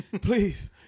Please